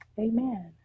amen